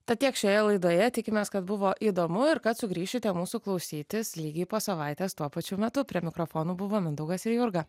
tad tiek šioje laidoje tikimės kad buvo įdomu ir kad sugrįšite mūsų klausytis lygiai po savaitės tuo pačiu metu prie mikrofonų buvo mindaugas ir jurga